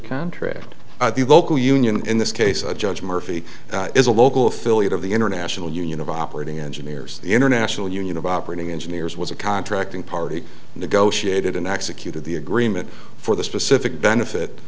contract the local union in this case a judge murphy is a local affiliate of the international union of operating engineers the international union of operating engineers was a contracting party negotiated and executed the agreement for the specific benefit